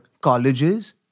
colleges